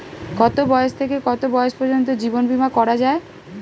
কতো বয়স থেকে কত বয়স পর্যন্ত জীবন বিমা করা যায়?